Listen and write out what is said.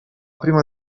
prima